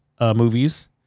movies